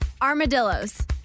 Armadillos